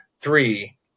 three